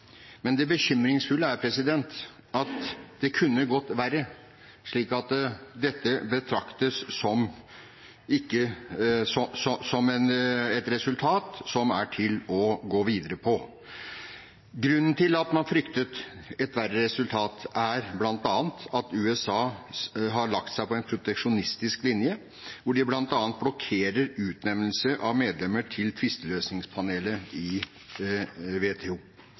Men det bekymringsfulle er at det kunne gått verre, slik at dette betraktes som et resultat som er til å gå videre på. Grunnen til at man fryktet et verre resultat, er bl.a. at USA har lagt seg på en proteksjonistisk linje, hvor de bl.a. blokkerer utnevnelse av medlemmer til tvisteløsningspanelet i WTO.